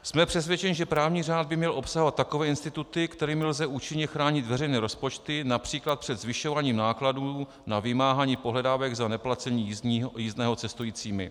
Jsme přesvědčeni, že právní řád by měl obsahovat takové instituty, kterými lze účinně chránit veřejné rozpočty, například před zvyšováním nákladů na vymáhání pohledávek za neplacení jízdného cestujícími.